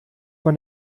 man